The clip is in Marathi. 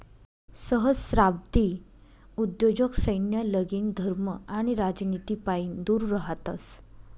सहस्त्राब्दी उद्योजक सैन्य, लगीन, धर्म आणि राजनितीपाईन दूर रहातस